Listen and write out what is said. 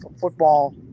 football